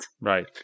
right